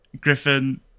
Griffin